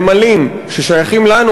נמלים ששייכים לנו,